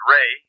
Ray